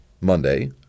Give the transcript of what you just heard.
Monday